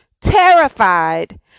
terrified